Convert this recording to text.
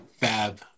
fab